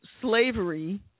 slavery